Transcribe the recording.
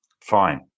Fine